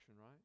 right